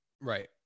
Right